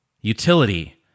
utility